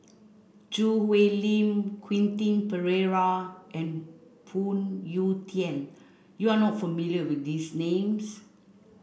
Choo Hwee Lim Quentin Pereira and Phoon Yew Tien you are not familiar with these names